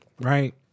right